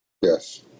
Yes